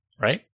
Right